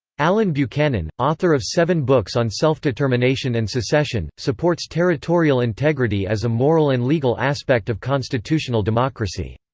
allen buchanan, author of seven books on self-determination and secession, supports territorial integrity as a moral and legal aspect of constitutional democracy.